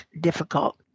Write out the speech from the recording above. difficult